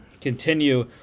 continue